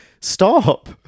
stop